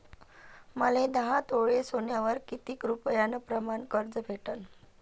मले दहा तोळे सोन्यावर कितीक रुपया प्रमाण कर्ज भेटन?